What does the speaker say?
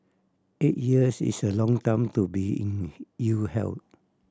eight years is a long time to be in ill health